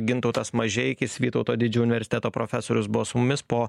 gintautas mažeikis vytauto didžio universiteto profesorius buvo su mumis po